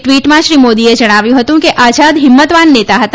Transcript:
ટવીટમાં શ્રી મોદીએ જણાવ્યું હતું કે આઝાદ હિંમતવાન નેતા હતા